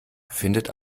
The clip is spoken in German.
findet